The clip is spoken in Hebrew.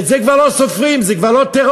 את זה כבר לא סופרים, זה כבר לא טרור.